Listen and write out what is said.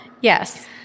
Yes